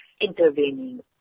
intervening